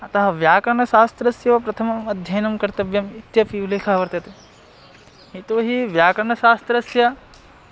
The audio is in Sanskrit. अतः व्याकरणशास्त्रस्य प्रथमम् अध्ययनं कर्तव्यम् इत्यपि उल्लेखः वर्तते यतोहि व्याकरणशास्त्रस्य